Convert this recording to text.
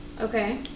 okay